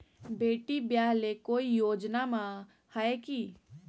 बेटी ब्याह ले कोई योजनमा हय की?